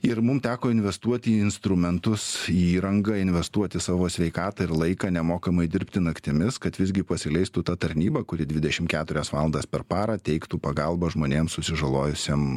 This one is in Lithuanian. ir mum teko investuoti į instrumentus į įrangą investuoti savo sveikatą ir laiką nemokamai dirbti naktimis kad visgi pasileistų ta tarnyba kuri dvidešim keturias valandas per parą teiktų pagalbą žmonėms susižalojusiem